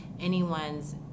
anyone's